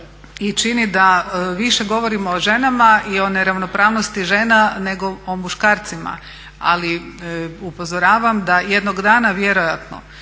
čini da više govorimo o ženama i o neravnopravnosti žena nego o muškarcima, ali upozoravam da jednog dana vjerojatno